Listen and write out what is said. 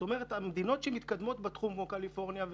המדינות המתקדמות בתחום כמו קליפורניה,